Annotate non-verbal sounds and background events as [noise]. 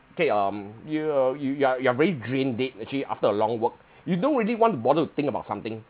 okay um you are you you are you are very drained dead actually after a long work [breath] you don't really want to bother to think about something